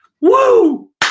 Woo